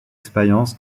expérience